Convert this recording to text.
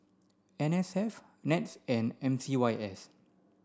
N S F NETS and M C Y S